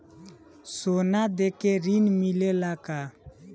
सोना देके ऋण मिलेला का?